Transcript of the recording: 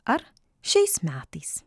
ar šiais metais